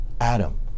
adam